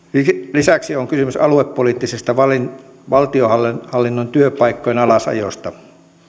lisäksi on kysymys aluepoliittisesta valtiohallinnon työpaikkojen alasajosta